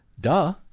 Duh